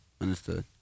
Understood